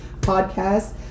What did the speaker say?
podcast